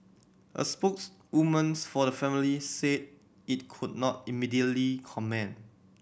a spokeswoman's for the family said it could not immediately comment